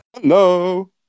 Hello